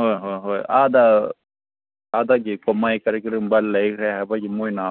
ꯍꯣꯏ ꯍꯣꯏ ꯍꯣꯏ ꯑꯥꯗ ꯑꯥꯗꯒꯤ ꯀꯨꯝꯍꯩ ꯀꯔꯤ ꯀꯔꯤꯒꯨꯝꯕ ꯂꯩꯈ꯭꯭ꯔꯦ ꯍꯥꯏꯕꯒꯤ ꯃꯣꯏꯅ